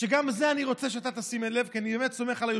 וגם לגביו אני רוצה שתשים לב, כי